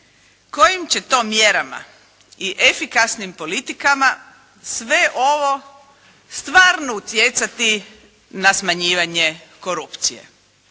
kojim će to mjerama i efikasnim politikama sve ovo stvarno utjecati na smanjivanje korupcije.